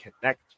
connect